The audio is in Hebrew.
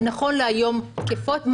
תקנות לשעת חירום נכון להיום תקפות.